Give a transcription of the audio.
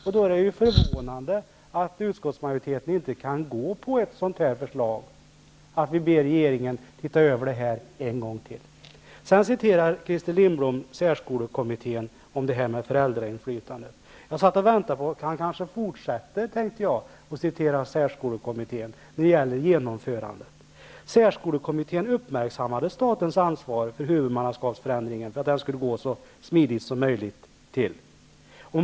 Därför är det förvånande att utskottsmajoriteten inte kan gå med på förslaget att vi ber regeringen att titta över detta en gång till. Sedan citerade Christer Lindblom särskolekommittén om föräldrainflytandet. Jag satt och väntade på att han kanske skulle fortsätta att citera särskolekommittén när det gällde genomförandet. Särskolekommittén uppmärksammade statens ansvar för huvudmannaskapsförändringen, för att den skulle gå så smidigt som möjligt.